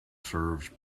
serves